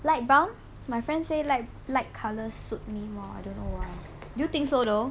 light brown my friend say light light colours suit me more I don't know do you think so though